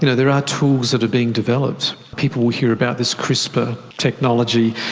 you know there are tools that are being developed. people will hear about this crispr technology.